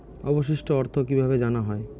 অবশিষ্ট অর্থ কিভাবে জানা হয়?